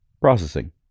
Processing